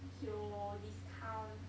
有 discount